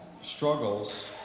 struggles